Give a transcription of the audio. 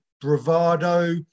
bravado